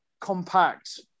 compact